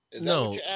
No